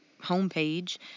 homepage